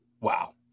Wow